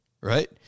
right